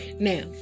Now